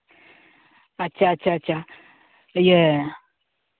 ᱟᱪᱪᱷᱟ ᱟᱪᱪᱷᱟ ᱤᱭᱟᱹ